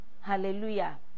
Hallelujah